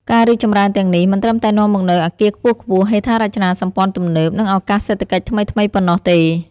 ការរីកចម្រើនទាំងនេះ មិនត្រឹមតែនាំមកនូវអគារខ្ពស់ៗ ហេដ្ឋារចនាសម្ព័ន្ធទំនើប និងឱកាសសេដ្ឋកិច្ចថ្មីៗប៉ុណ្ណោះទេ។